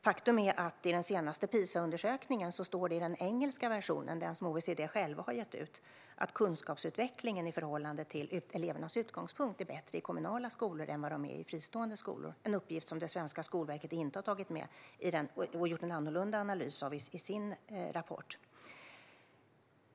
Faktum är att det i den senaste PISA-undersökningen står i den engelska versionen, som OECD självt har gett ut, att kunskapsutvecklingen i förhållande till elevernas utgångspunkt är bättre i kommunala skolor än i fristående skolor, en uppgift som det svenska Skolverket inte har tagit med. De har gjort en annorlunda analys i sin rapport.